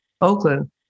Oakland